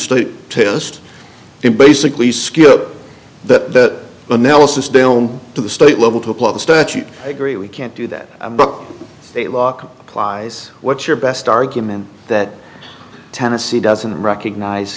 state test and basically skip that analysis down to the state level to apply the statute agree we can't do that but they lock kleis what's your best argument that tennessee doesn't recognize